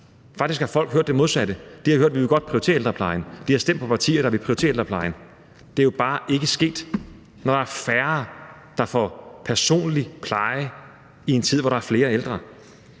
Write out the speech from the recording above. Faktisk har folk hørt det modsatte. De har hørt, at vi godt vil prioritere ældreplejen. De har stemt på partier, der vil prioritere ældreplejen. Det er jo bare ikke sket, når der er færre, der får personlig pleje i en tid, hvor der er flere ældre.